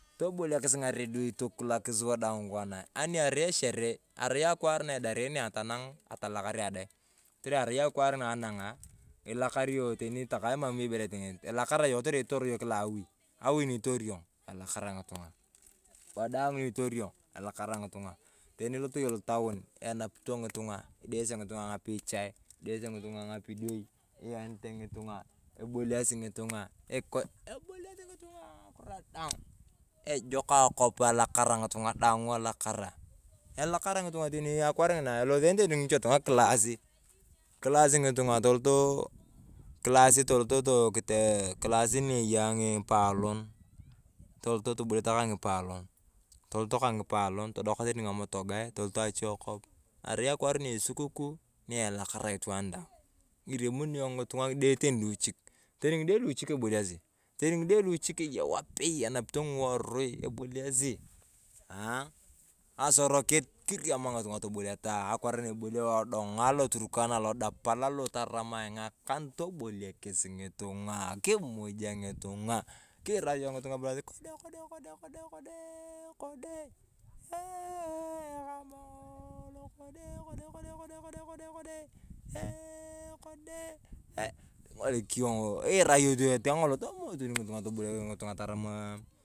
Toboliakis ng’aredii tokulakis wadaang kona yaanii arai echeree. Arai akwaar ng’ina anak a, ilakar yong takae teni emam ibore iting’it. Ilakara yong kotere itor yong kilaa awi, awi na itori yong elakara ng’itung’a. Waadang ni itori yong elakara ng’itung’a ng’akiro daang. Ejok akop alakara ng’itung’a daang elakara. Elakara ng’itung’a tani akwaar ng’ina elosenete ngiche kilasi, kilasi ng’itung’a toloto, kilasi toloto ne eya ng’ipolon, toloto toboliata kaa ng’ipalon, tototo kaa ng’ipalon todokaa tani ng’amotogae toloto ache kop. Arai akwaar na esukuku na elakara itwaan daang. Iriamoni yong ng’itung’a ng’ide teni luchik teni ng’ide luchik ebaliasi, teni ng’ide luchik eya wapei enapitoo ng’iorui, eboliasi aah nasorokit kiriama ng’itung’a toboliata, akwaar na eboliao edong’a lo turkana lodapal taramae ng’akan, toboliakis ng’itung’a ebalasi kodekodee kodee eeh eeh ekamong kode kodee eeeh kodee kode king’olik yong irin tu yong eteng ng’olo emotun ng’itung’a toboliakis.